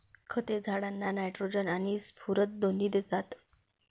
खते झाडांना नायट्रोजन आणि स्फुरद दोन्ही देतात